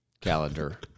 calendar